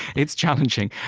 it's challenging.